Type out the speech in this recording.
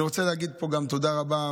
אני רוצה להגיד פה גם תודה רבה,